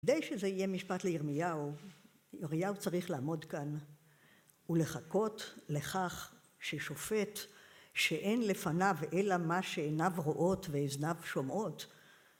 כדי שזה יהיה משפט לירמיהו, יוריהו צריך לעמוד כאן ולחכות לכך ששופט שאין לפניו אלא מה שעיניו רואות ואזניו שומעות.